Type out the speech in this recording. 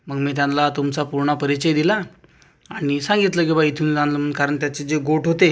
मग मी त्यांना तुमचा पूर्ण परिचय दिला आणि सांगितलं की बा इथून आणलं म्हणून कारण त्याचे जे गोठ होते